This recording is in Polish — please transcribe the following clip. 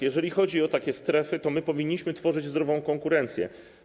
Jeżeli chodzi o takie strefy, to powinniśmy tworzyć zdrową konkurencję.